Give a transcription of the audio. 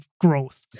growth